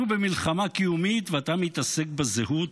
אנחנו במלחמה קיומית, ואתה מתעסק בזהות?